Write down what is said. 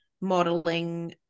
modeling